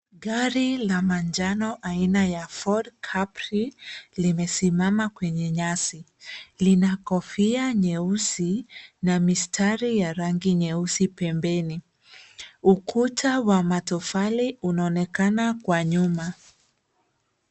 Gari la manjano aina ya Ford Capri limesimama kwenye nyasi. Lina kofia nyeusi na mistari ya rangi nyeusi pembeni. Ukuta wa matofali unaonekana kwa nyuma.